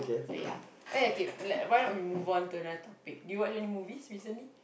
ya oh ya okay why not we move on to another topic did you watch any movies recently